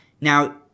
Now